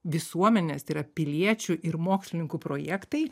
visuomenės tai yra piliečių ir mokslininkų projektai